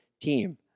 team